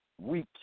weak